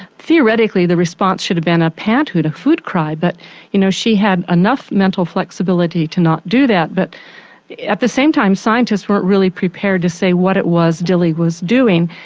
theoretically the response should have been a pant-hoot, a food cry, but you know she had enough mental flexibility to not do that. but at the same time scientists weren't really prepared to say what it was dilly was doing,